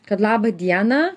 kad laba diena